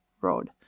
Road